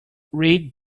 read